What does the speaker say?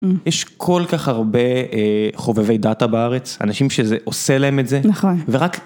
יש כל כך הרבה חובבי דאטה בארץ, אנשים שזה עושה להם את זה, ורק...